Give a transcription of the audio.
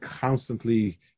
constantly